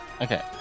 Okay